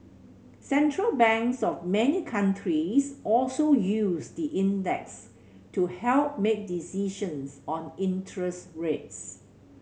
Central Banks of many countries also use the index to help make decisions on interest rates